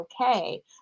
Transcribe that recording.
okay